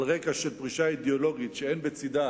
על רקע פרישה אידיאולוגית שאין בצדה